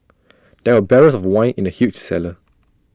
there were barrels of wine in the huge cellar